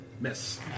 Miss